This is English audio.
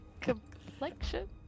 complexion